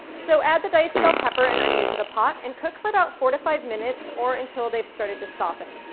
so add the diced bell pepper and onion to the pot and cook for about four to five minutes, or until they've started to soften.